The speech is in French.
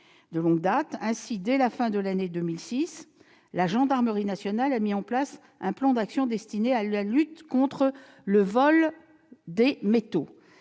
de longue date. Ainsi, dès la fin de l'année 2006, la gendarmerie nationale a mis en place un plan d'action destiné à lutter contre les vols de métaux.